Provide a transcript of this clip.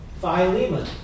Philemon